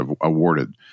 awarded